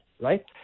right